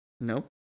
No